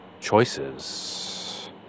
choices